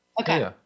Okay